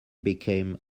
became